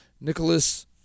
Nicholas